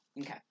Okay